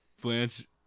Blanche